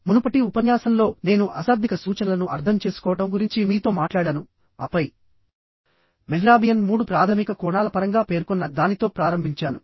మునుపటి ఉపన్యాసంలో నేను అశాబ్దిక సూచనలను అర్థం చేసుకోవడం గురించి మీతో మాట్లాడాను ఆపై మెహ్రాబియన్ మూడు ప్రాధమిక కోణాల పరంగా పేర్కొన్న దానితో ప్రారంభించాను